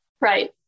Right